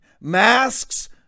masks